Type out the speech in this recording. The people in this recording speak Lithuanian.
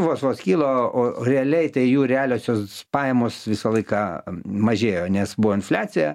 vos vos kilo o realiai tai jų realiosios pajamos visą laiką mažėjo nes buvo infliacija